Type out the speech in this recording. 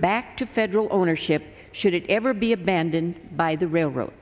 back to federal ownership should it ever be abandoned by the railroad